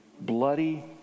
bloody